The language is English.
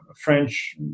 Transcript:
French